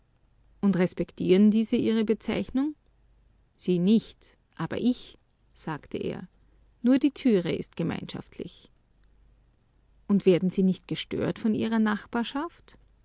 und respektieren diese ihre bezeichnung sie nicht aber ich sagte er nur die türe ist gemeinschaftlich und werden sie nicht gestört von ihrer nachbarschaft